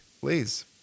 Please